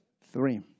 Three